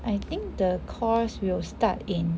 I think the course will start in